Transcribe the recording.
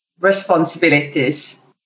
responsibilities